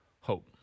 hope